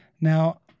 now